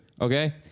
okay